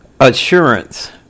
Assurance